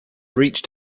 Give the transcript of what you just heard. reached